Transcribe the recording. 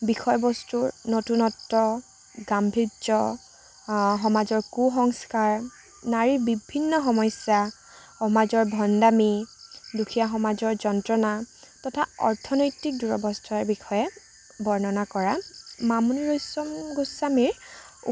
বিষয়বস্তুৰ নতুনত্ব গাম্ভিয্য় সমাজৰ কু সংস্কাৰ নাৰীৰ বিভিন্ন সমস্যা সমাজৰ ভণ্ডামি দুখীয়া সমাজৰ যন্ত্ৰণা তথা অৰ্থনৈতিক দুৰৱস্থাৰ বিষয়ে বৰ্ণনা কৰা মামণি ৰয়ছম গোস্বামীৰ